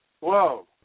Whoa